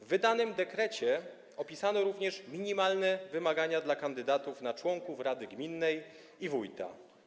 W wydanym dekrecie opisano również minimalne wymagania dla kandydatów na członków rady gminnej i wójta.